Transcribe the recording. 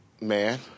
Man